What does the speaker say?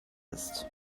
ist